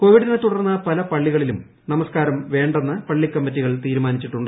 കോവിഡിനെ തുടർന്ന് പല പള്ളികളിലും നമസ്ക്കാരം വേണ്ടെന്ന് പള്ളിക്കമ്മിറ്റികൾ തീരുമാനിച്ചിട്ടുണ്ട്